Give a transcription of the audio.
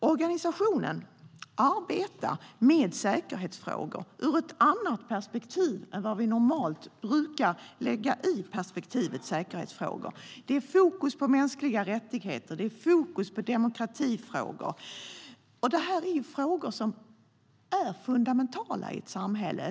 Organisationen arbetar med säkerhetsfrågor ur ett annat perspektiv än vi normalt brukar lägga i begreppet säkerhetsfrågor. Det är fokus på mänskliga rättigheter och demokrati, och det är frågor som är fundamentala i ett samhälle.